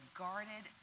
guarded